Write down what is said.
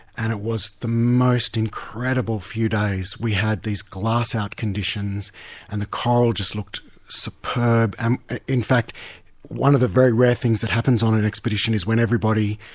and it was the most incredible few days. we had these glass-out conditions and the coral just looked superb. um in fact one of the very rare things that happens on an expedition is when everybody,